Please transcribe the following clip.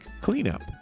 cleanup